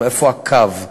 איפה הקו?